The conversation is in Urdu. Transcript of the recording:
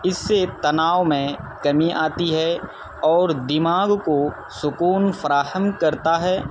اس سے تناؤ میں کمی آتی ہے اور دماغ کو سکون فراہم کرتا ہے